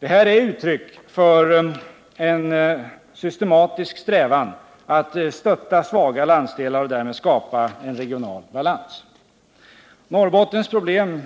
Det är uttryck för en systematisk strävan att stötta svaga landsdelar och därmed skapa regional balans. Norrbottens problem